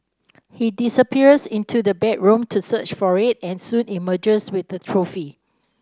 he disappears into the bedroom to search for it and soon emerges with the trophy